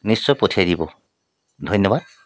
নিশ্চয় পঠিয়াই দিব ধন্যবাদ